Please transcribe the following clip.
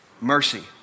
mercy